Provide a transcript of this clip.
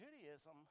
Judaism